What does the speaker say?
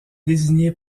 désigné